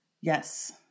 Yes